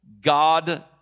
God